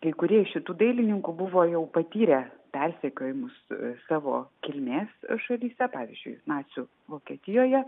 kurie iš šitų dailininkų buvo jau patyrę persekiojimus savo kilmės šalyse pavyzdžiui nacių vokietijoje